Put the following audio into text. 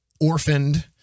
orphaned